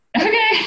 Okay